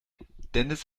dennis